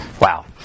wow